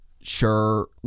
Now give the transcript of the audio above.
Sure